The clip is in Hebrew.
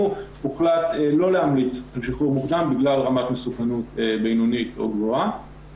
הוחלט לא להמליץ על שחרור מוקדם בגלל רמת מסוכנות בינונית או גבוהה.